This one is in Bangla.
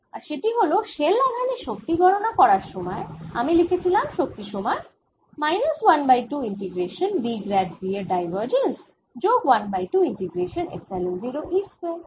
আর সেটি হল শেল আধানের শক্তি গণনা করার সময় আমি লিখেছিলাম শক্তি সমান minus 1 by 2 integration V grad V এর ডাইভারজেন্স যোগ 1 by 2 integration epsilon 0 E square